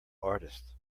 artist